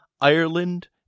Ireland